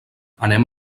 anem